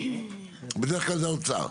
ובדרך-כלל זה האוצר.